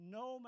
no